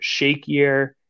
shakier